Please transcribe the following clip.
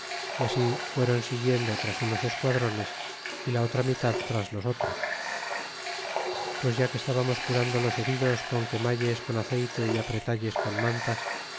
y así fueron siguiendo tras unos esquadrones y la otra mitad tras los otros pues ya que estagamos curando los heridos con quemalles con azeyte é apretalles con mantas